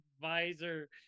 visor